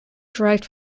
derived